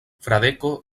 fradeko